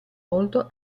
molto